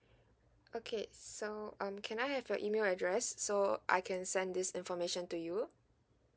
okay so um can I have your email address so I can send this information to you